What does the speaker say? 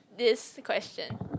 this question